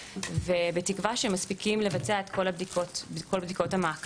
ובתקווה שהם מספיקים לעשות את כל בדיקות המעקב.